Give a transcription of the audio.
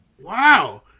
Wow